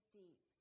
deep